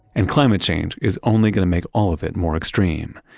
and climate change is only going to make all of it more extreme.